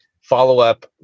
follow-up